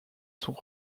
sont